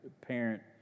parent